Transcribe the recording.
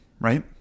right